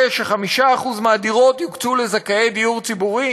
ש-5% מהדירות יוקצו לזכאי דיור ציבורי.